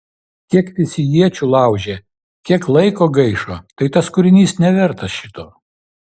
kiek visi iečių laužė kiek laiko gaišo tai tas kūrinys nevertas šito